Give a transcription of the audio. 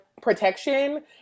protection